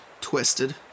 twisted